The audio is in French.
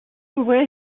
ouvrir